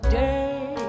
day